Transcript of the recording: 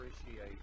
appreciate